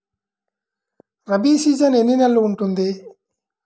Rabi season ఎన్ని నెలలు ఉంటుంది?